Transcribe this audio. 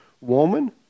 Woman